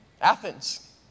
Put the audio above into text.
Athens